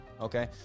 Okay